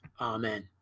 Amen